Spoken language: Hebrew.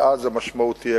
ואז המשמעות תהיה,